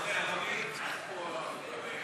של קבוצת